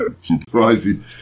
Surprising